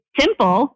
simple